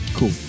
Cool